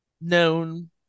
known